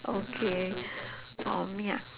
okay oh me ah